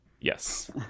Yes